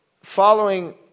following